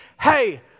Hey